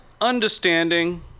understanding